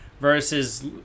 versus